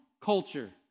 culture